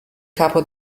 capo